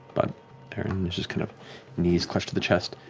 but he's just kind of knees clutched to the chest.